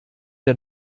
der